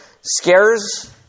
Scares